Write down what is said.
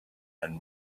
and